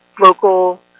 local